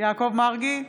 יעקב מרגי,